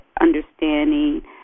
understanding